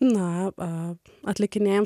na atlikinėjame